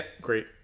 great